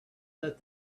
that